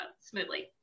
smoothly